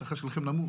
השכר שלכם נמוך,